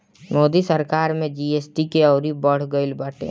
मोदी सरकार में जी.एस.टी के अउरी बढ़ गईल बाटे